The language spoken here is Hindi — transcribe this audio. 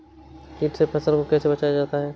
कीट से फसल को कैसे बचाया जाता हैं?